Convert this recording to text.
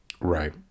Right